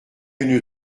une